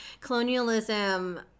colonialism